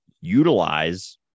utilize